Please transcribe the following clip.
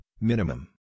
minimum